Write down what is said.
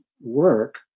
work